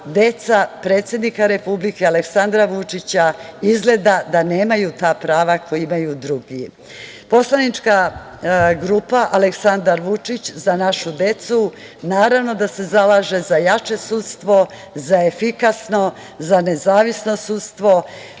deca predsednika Republike Aleksandra Vučića izgleda da nemaju ta prava koja imaju drugi. Poslanička grupa Aleksandar Vučić – Za našu decu, naravno da se zalaže za jače sudstvo, za efikasno, za nezavisno sudstvo,